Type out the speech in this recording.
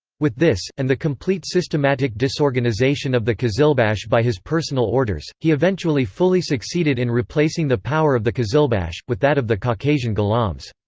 with this, and the complete systematic disorganisation of the qizilbash by his personal orders, he eventually fully succeeded in replacing the power of the qizilbash, with that of the caucasian ghulams.